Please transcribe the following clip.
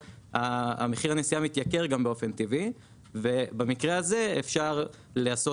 מחיר הנסיעה מתייקר גם באופן טבעי ובמקרה הזה אפשר לעשות